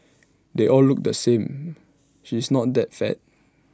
they all look the same she's not that fat